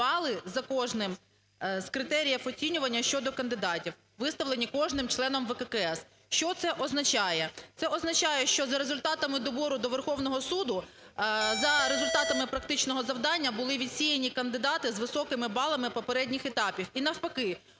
бали за кожним з критеріїв оцінювання щодо кандидатів, виставлені кожним членом ВККС. Що це означає? Це означає, що за результатами добору до Верховного Суду, за результатами практичного завдання були відсіяні кандидати з високими балами попередніх етапів